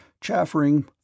chaffering